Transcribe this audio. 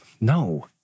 No